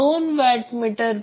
44° ampere आहे